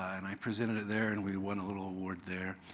and i presented it there and we won a little award there.